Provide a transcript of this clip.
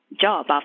job